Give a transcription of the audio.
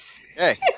Hey